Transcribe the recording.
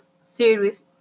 series